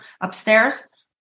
upstairs